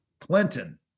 Clinton